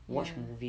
ya